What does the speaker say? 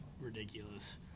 ridiculous